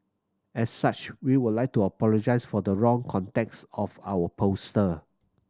as such we would like to apologise for the wrong context of our poster